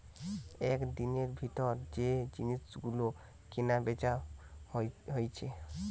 একদিনের ভিতর যে জিনিস গুলো কিনা বেচা হইছে